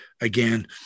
again